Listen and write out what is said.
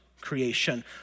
creation